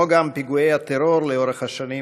וכן פיגועי הטרור לאורך השנים,